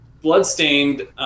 Bloodstained